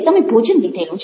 તમે ભોજન લીધેલું છે